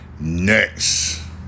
Next